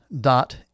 dot